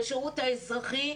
לשרות האזרחי,